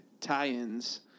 tie-ins